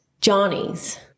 Johnny's